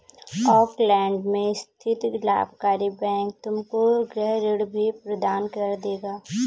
Auckland में स्थित लाभकारी बैंक तुमको गृह ऋण भी प्रदान कर देगा